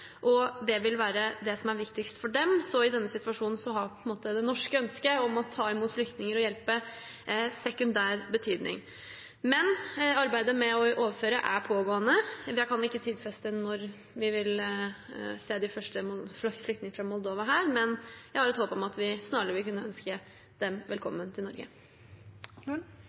og det vil være det som er viktigst for dem. Så i denne situasjonen har på en måte det norske ønsket om å ta imot flyktninger og hjelpe sekundær betydning. Men arbeidet med å overføre er pågående. Jeg kan ikke tidfeste når vi vil se de første flyktningene fra Moldova her, men jeg har et håp om at vi snarlig vi kunne ønske dem velkommen til Norge.